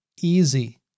easy